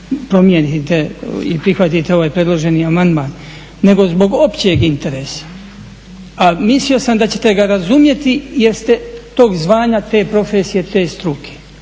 promijenite i prihvatite ovaj predloženi amandman, nego zbog općeg interesa. A mislio sam da ćete ga razumjeti jer ste tog zvanja, te profesije, te struke